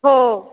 हो